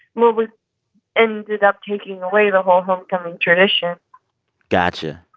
well, we ended up taking away the whole homecoming tradition got you.